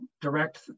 direct